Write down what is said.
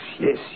Yes